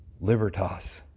Libertas